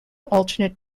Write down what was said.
alternate